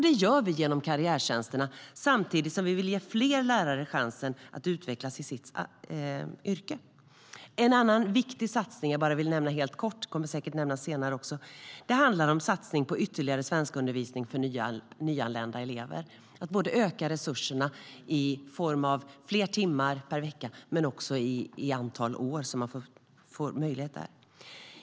Det gör vi genom karriärtjänsterna, samtidigt som vi vill ge fler lärare chansen att utvecklas i sitt yrke. En annan viktig satsning som jag bara vill nämna helt kort - den kommer säkert att nämnas senare också - är den på ytterligare svenskundervisning för nyanlända elever för att öka resurserna i form av både fler timmar per vecka och fler år som man får den möjligheten.